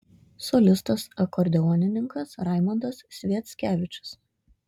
solistas akordeonininkas raimondas sviackevičius